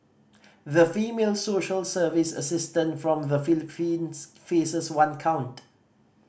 the female social service assistant from the Philippines faces one count